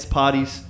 parties